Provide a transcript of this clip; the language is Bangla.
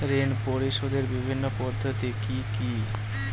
ঋণ পরিশোধের বিভিন্ন পদ্ধতি কি কি?